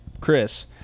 Chris